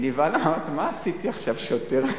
היא נבהלה: מה עשיתי עכשיו, שוטר?